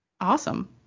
awesome